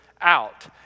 out